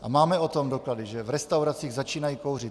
A máme o tom doklady, že v restauracích začínají kouřit.